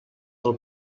del